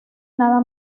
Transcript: nada